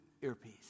earpiece